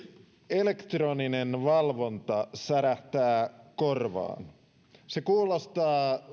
elektroninen valvonta särähtää korvaan se kuulostaa